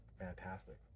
fantastic